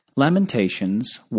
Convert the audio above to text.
Lamentations